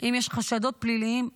אם יש חשדות פליליים כבדים.